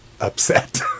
upset